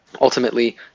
ultimately